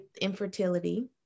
infertility